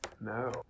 No